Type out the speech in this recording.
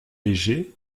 léger